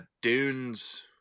Dune's